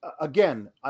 again